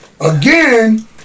again